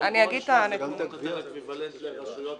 בואו נשמע, זה יהיה אקוויוולנט לרשויות